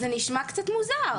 זה נשמע קצת מוזר.